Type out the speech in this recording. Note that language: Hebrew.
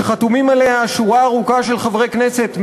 שחתומה עליה שורה ארוכה של חברי כנסת,